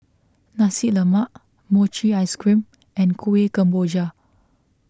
Nasi Lemak Mochi Ice Cream and Kueh Kemboja